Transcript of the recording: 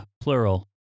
Plural